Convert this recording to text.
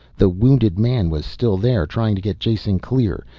the wounded man was still there, trying to get jason clear.